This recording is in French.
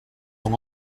dans